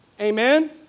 Amen